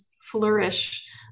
flourish